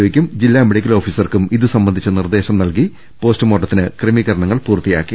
ഒക്കും ജില്ലാ മെഡിക്കൽ ഓഫീസർക്കും ഇതു സംബന്ധിച്ച നിർദ്ദേശം നൽകി പോസ്റ്റുമോർട്ടത്തിന് ക്രമീകരണങ്ങളെല്ലാം പൂർത്തിയാക്കി